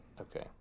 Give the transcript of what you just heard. Okay